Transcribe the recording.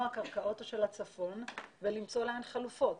הקרקעות של הצפון ולמצוא להן חלופות.